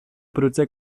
prudce